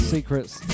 Secrets